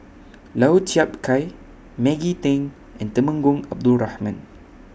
Lau Chiap Khai Maggie Teng and Temenggong Abdul Rahman